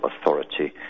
authority